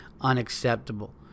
unacceptable